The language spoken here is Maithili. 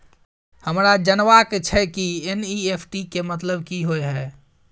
हमरा जनबा के छै की एन.ई.एफ.टी के मतलब की होए है?